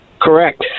Correct